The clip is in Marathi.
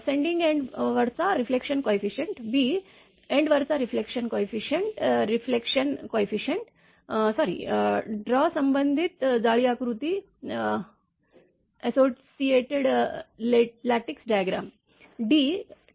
सेंडिंग एंड वरचा रिफ्लेक्शन कोयफिसियंट एंड वरचा reflection coefficient reflection coefficient sorry draw संबंधित जाळी आकृती एसोसिएटेड लेटिस डिआग्रम t 6